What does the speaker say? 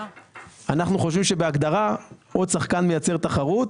אנחנו חושבים שבהגדרה עוד שחקן מייצר תחרות,